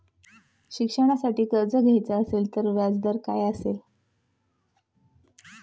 शिक्षणासाठी कर्ज घ्यायचे असेल तर व्याजदर काय असेल?